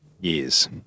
years